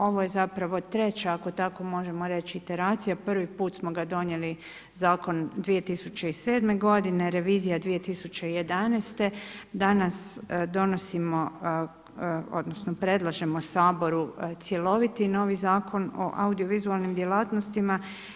Ovo je zapravo treća ako tako možemo reći iteracija, prvi put smo ga donijeli zakon 2007. g., revizija 2011., danas donosimo odnosno predlažemo saboru cjeloviti novi Zakon o audio-vizualnim djelatnostima.